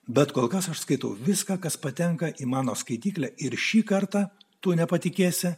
bet kol kas aš skaitau viską kas patenka į mano skaityklę ir šį kartą tu nepatikėsi